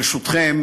ברשותכם,